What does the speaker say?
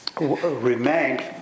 remained